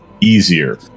easier